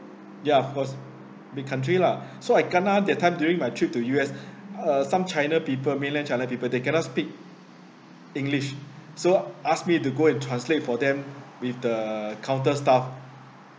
ya of course big country lah so I kena that time during my trip to U_S uh some china people mainland china people they cannot speak english so ask me to go and translate for them with the counter staff